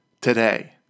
today